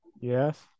Yes